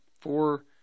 four